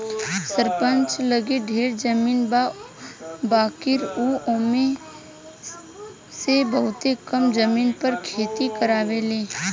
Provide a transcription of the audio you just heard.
सरपंच लगे ढेरे जमीन बा बाकिर उ ओमे में से बहुते कम जमीन पर खेती करावेलन